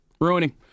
Ruining